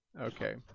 okay